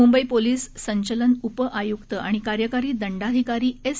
Mumbai police संचलन उपआय्क्त आणि कार्यकारी दंडाधिकारी एस